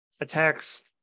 attacks